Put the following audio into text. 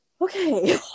okay